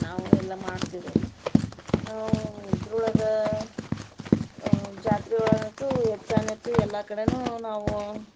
ನಾವು ಎಲ್ಲ ಮಾಡ್ತೀವಿ ರೀ ಅಲ್ಲಿ ಇದ್ರೊಳಗೆ ಜಾತ್ರೆ ಒಳಗು ಹೆಚ್ಚಾನೆಚ್ಚು ಎಲ್ಲ ಕಡೆಯು ನಾವು